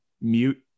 mute